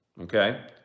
Okay